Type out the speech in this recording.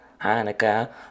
Hanukkah